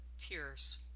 tears